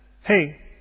hey